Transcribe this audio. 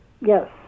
yes